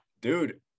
Dude